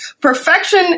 perfection